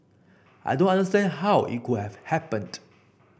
I don't understand how it could have happened